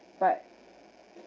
but